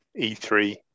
e3